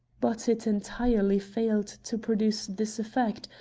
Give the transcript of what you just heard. but it entirely failed to produce this effect,